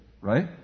Right